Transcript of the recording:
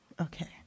Okay